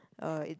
um it